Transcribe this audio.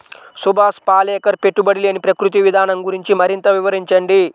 సుభాష్ పాలేకర్ పెట్టుబడి లేని ప్రకృతి విధానం గురించి మరింత వివరించండి